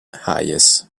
hayes